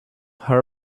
her